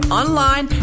online